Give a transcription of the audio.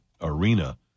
arena